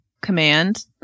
command